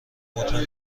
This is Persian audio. مطمئن